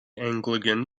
anglican